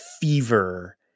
fever